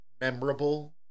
memorable